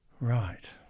Right